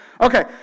Okay